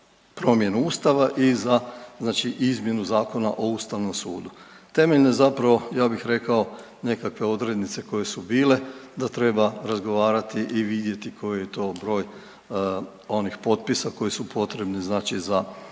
promjenu Ustava i za izmjenu Zakona o Ustavom sudu. Temeljne zapravo ja bih rekao nekakve odrednice koje su bile da treba razgovarati i vidjeti koji je to broj onih potpisa koji su potrebni za